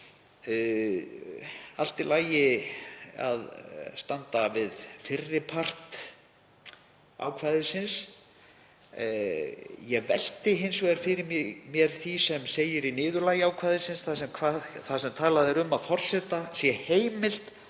allt í lagi að standa við fyrri part ákvæðisins. Ég velti hins vegar fyrir mér því sem segir í niðurlagi ákvæðisins þar sem talað er um að forseta sé heimilt